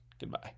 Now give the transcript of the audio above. Goodbye